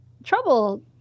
Trouble